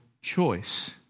choice